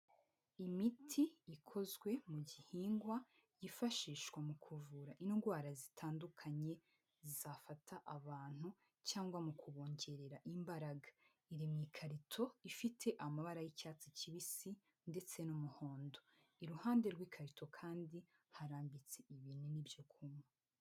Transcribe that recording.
Imiti ikozwe mu gihingwa yifashishwa mu kubura indwara zitandukanye zafata abantu cyangwa mu kubongerera imbaraga. Iri mu ikarito ofite amabara y' icyatsi kibisi ndetse n' umuhondo. Iri de rw' ikarito haranditse ngo ibi ni ibyo kunywa.